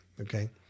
Okay